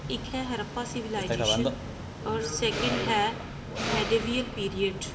ਇੱਕ ਹੈ ਹਰੱਪਾ ਸਿਵਿਲਾਈਜੇਸ਼ਨ ਔਰ ਸੈਕਿੰਡ ਹੈ ਮੇਡਿਵੀਅਲ ਪੀਰੀਅਡ